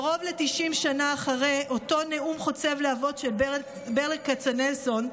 קרוב ל-90 שנה אחרי אותו נאום חוצב להבות של ברל כצנלסון,